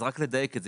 אז רק לדייק את זה,